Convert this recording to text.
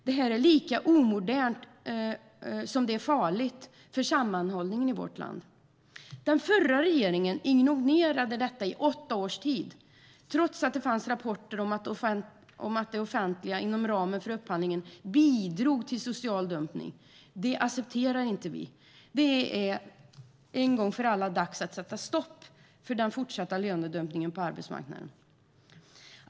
Detta är lika omodernt som det är farligt för sammanhållningen i vårt land. Den förra regeringen ignorerade detta i åtta års tid, trots att det fanns rapporter om att det offentliga inom ramen för upphandlingen bidrog till social dumpning. Det accepterar inte vi. Det är en gång för alla dags att sätta stopp för den fortsatta lönedumpningen på arbetsmarknaden.